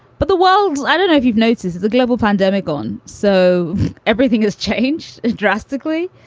but the world's i don't know if you've noticed the global pandemic on. so everything has changed drastically.